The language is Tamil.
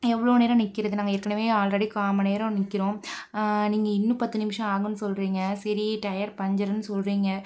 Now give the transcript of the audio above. எவ்வளோ நேரம் நிற்கிறது நாங்கள் ஏற்கனவே ஆல்ரெடி கால் மணி நேரம் நிற்கிறோம் நீங்கள் இன்னும் பத்து நிமிடம் ஆகும் சொல்கிறீங்க சரி டயர் பஞ்சர்னு சொல்கிறீங்க